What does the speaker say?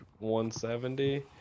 170